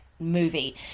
movie